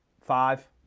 five